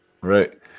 Right